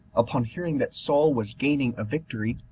upon hearing that saul was gaining a victory,